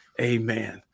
Amen